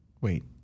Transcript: Wait